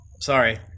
Sorry